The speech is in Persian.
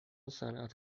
صنعت